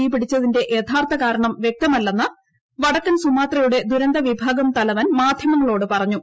തീപിടിച്ചതിന്റെ യഥാർത്ഥ കാരണം വ്യക്തമല്ലെന്ന് വടക്കൻ സുമാത്രയുടെ ദുരന്ത വിഭാഗം തലവൻ മാധ്യമങ്ങളോട് പറഞ്ഞു